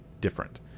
different